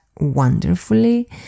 wonderfully